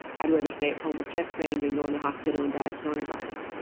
i'd rather stay at home with chest pain than go in the hospital and die of coronavirus.